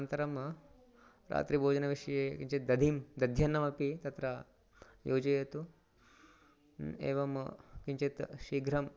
अनन्तरं रात्रिभोजनविषये किञ्चित् दधिं दध्यन्नमपि तत्र योजयतु एवं किञ्चित् शीघ्रं